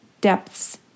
depths